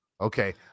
okay